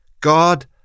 God